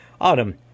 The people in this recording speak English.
autumn